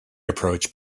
approach